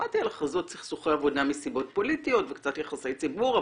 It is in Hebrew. שמעתי על הכרזות סכסוכי עבודה מסיבות פוליטיות וקצת יחסי ציבור,